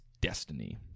destiny